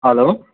hello